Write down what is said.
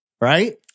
Right